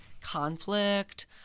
conflict